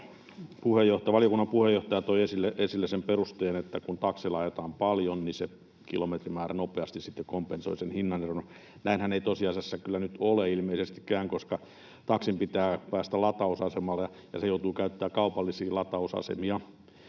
valiokunnan puheenjohtaja toi esille sen perusteen, että kun taksilla ajetaan paljon, niin se kilometrimäärä nopeasti sitten kompensoi sen hinnaneron, mutta näinhän ei tosiasiassa kyllä nyt ilmeisestikään ole, koska taksin pitää päästä latausasemalle ja se joutuu käyttämään kaupallisia latausasemia.